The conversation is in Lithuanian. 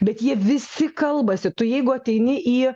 bet jie visi kalbasi tu jeigu ateini į